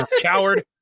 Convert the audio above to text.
Coward